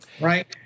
right